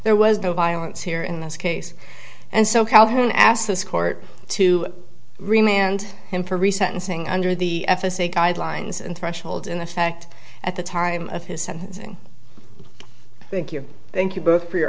there was no violence here in this case and so calhoun asked this court to remain and him for recent unsing under the f s a guidelines and threshold in effect at the time of his sentencing thank you thank you both for your